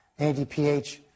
NADPH